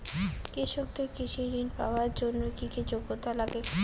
কৃষকদের কৃষি ঋণ পাওয়ার জন্য কী কী যোগ্যতা লাগে?